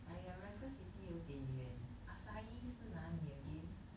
!aiya! raffles city 有点远 acai 是哪里 again